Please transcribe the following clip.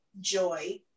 Joy